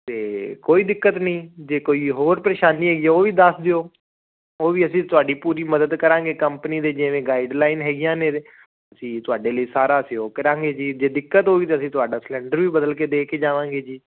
ਅਤੇ ਕੋਈ ਦਿੱਕਤ ਨਹੀਂ ਜੇ ਕੋਈ ਹੋਰ ਪਰੇਸ਼ਾਨੀ ਹੈਗੀ ਉਹ ਵੀ ਦੱਸ ਦਿਓ ਉਹ ਵੀ ਅਸੀਂ ਤੁਹਾਡੀ ਪੂਰੀ ਮਦਦ ਕਰਾਂਗੇ ਕੰਪਨੀ ਦੇ ਜਿਵੇਂ ਗਾਈਡਲਾਈਨ ਹੈਗੀਆਂ ਨੇ ਅਸੀਂ ਤੁਹਾਡੇ ਲਈ ਸਾਰਾ ਸਹਿਯੋਗ ਕਰਾਂਗੇ ਜੀ ਜੇ ਦਿੱਕਤ ਹੋ ਗਈ ਤਾਂ ਅਸੀਂ ਤੁਹਾਡਾ ਸਲੰਡਰ ਵੀ ਬਦਲ ਕੇ ਦੇ ਕੇ ਜਾਵਾਂਗੇ ਜੀ